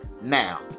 Now